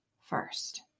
first